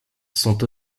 sont